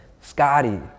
Scotty